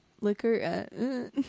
liquor